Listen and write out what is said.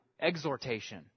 exhortation